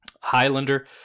Highlander